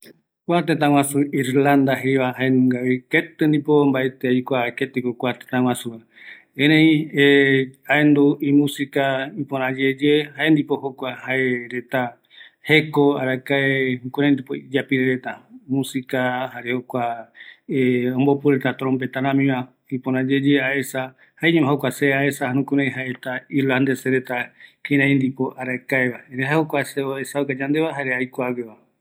Kua tëtä guasu Irlanda jeeva, jaenugavi ketï ndipo mbaeti aikua ketiko kua tëtäguaju, erei aendu imusika ipora yeye jaendipo jokua jae reta jeko, arakae, jukurai ndipo iyapirai retra, musika jare jokua ombopu retra trompeta ramiva, ipora yeye aesa jaeño jukurai se aesa irlandeses reta, kirai ndipo arakaeva, erei jae jokua esauka yandeva jare aikuagueva